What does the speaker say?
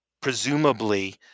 presumably